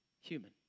Human